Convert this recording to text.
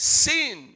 sin